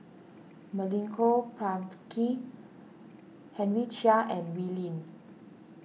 Milenko Prvacki Henry Chia and Wee Lin